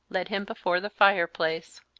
led him before the fireplace.